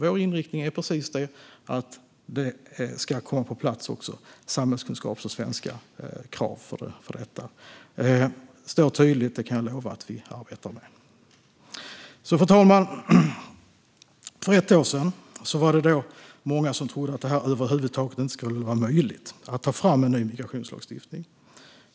Vår inriktning är precis den att också samhällskunskaps och svenskkrav ska komma på plats för detta. Det står tydligt, och jag kan lova att vi arbetar med det. Fru talman! För ett år sedan var det många som trodde att det över huvud taget inte skulle vara möjligt att ta fram en ny migrationslagstiftning.